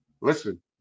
listen